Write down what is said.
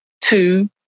two